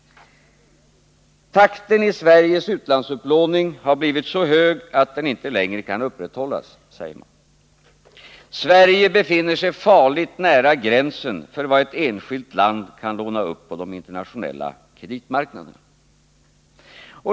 Takten i Sveriges utlandsupplåning har blivit så hög att den inte längre kan upprätthållas, säger utskottet. Sverige befinner sig farligt nära gränsen för vad ett enskilt land kan låna upp på de internationella kreditmarknaderna.